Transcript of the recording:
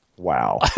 Wow